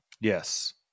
Yes